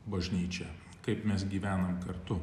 bažnyčią kaip mes gyvenam kartu